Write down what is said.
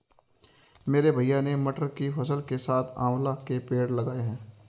मेरे भैया ने मटर की फसल के साथ आंवला के पेड़ लगाए हैं